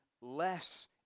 less